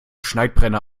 schneidbrenner